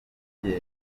kuhira